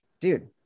dude